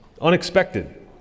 unexpected